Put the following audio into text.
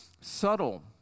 subtle